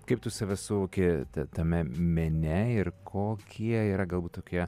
kaip tu save suvoki ta tame mene ir kokie yra galbūt tokie